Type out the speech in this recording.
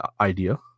idea